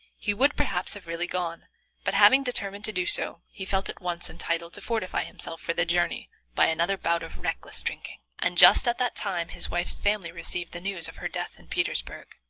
he would perhaps have really gone but having determined to do so he felt at once entitled to fortify himself for the journey by another bout of reckless drinking. and just at that time his wife's family received the news of her death in petersburg.